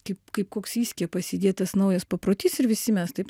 kaip kaip koks įskiepas įdėtas naujas paprotys ir visi mes taip